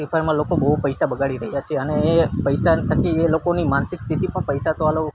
free ફાયરમાં લોકો બહુ પૈસા બગાડી રહ્યાં છે અને એ પૈસા થકી એ લોકોની માનસિક સ્થિતિ પણ પૈસા તો હાલો